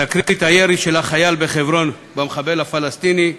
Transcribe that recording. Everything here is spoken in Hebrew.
תקרית הירי של החייל בחברון במחבל הפלסטיני,